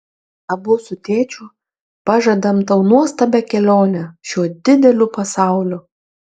abu su tėčiu pažadam tau nuostabią kelionę šiuo dideliu pasauliu